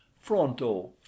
fronto